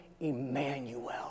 Emmanuel